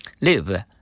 Live